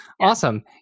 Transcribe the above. Awesome